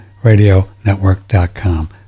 RadioNetwork.com